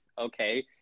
okay